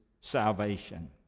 salvation